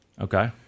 Okay